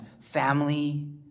family